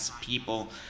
people